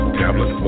tablet